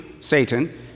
Satan